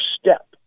step